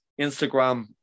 Instagram